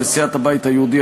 סיעת הבית היהודי,